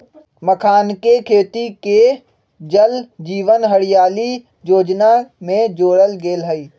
मखानके खेती के जल जीवन हरियाली जोजना में जोरल गेल हई